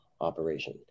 operation